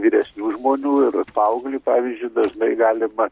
vyresnių žmonių ir paauglį pavyzdžiui dažnai galima